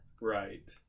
Right